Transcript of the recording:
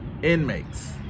inmates